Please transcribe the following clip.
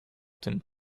tym